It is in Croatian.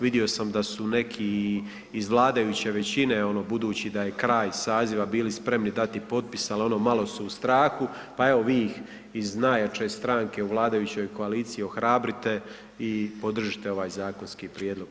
Vidio sam da su neki i iz vladajuće većine, ono budući da je kraj saziva bili spremni dati potpis, ali ono malo su u strahu, pa evo vi ih iz najjače stanke u vladajućoj koaliciji ohrabrite i podržite ovaj zakonski prijedlog.